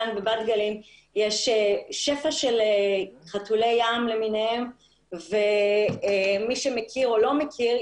כאן בבת גלים יש שפע של חתולי ים למיניהם ומי שמכיר או לא מכיר,